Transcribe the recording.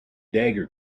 dagger